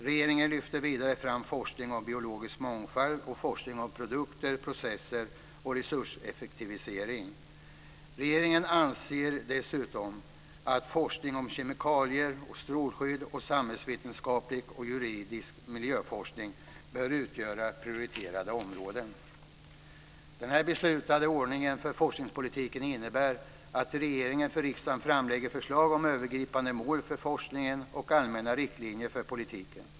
Regeringen lyfte vidare fram forskning om biologisk mångfald och forskning om produkter, processer och resurseffektivisering. Regeringen anser dessutom att forskning om kemikalier och strålskydd samt samhällsvetenskaplig och juridisk miljöforskning bör utgöra prioriterade områden. Den beslutade ordningen för forskningspolitiken innebär att regeringen för riksdagen framlägger förslag om övergripande mål för forskningen och allmänna riktlinjer för politiken.